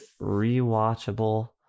rewatchable